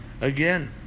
again